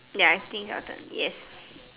ya I think of them yes